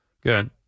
good